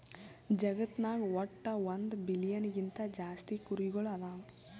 ಜಗತ್ನಾಗ್ ವಟ್ಟ್ ಒಂದ್ ಬಿಲಿಯನ್ ಗಿಂತಾ ಜಾಸ್ತಿ ಕುರಿಗೊಳ್ ಅದಾವ್